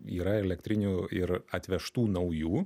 yra elektrinių ir atvežtų naujų